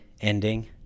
ending